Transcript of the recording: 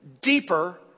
deeper